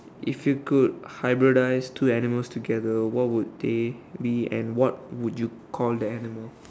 if you could hybridize two animals together what would they be and what would you call the animal